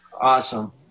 Awesome